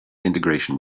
integration